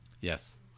Yes